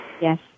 Yes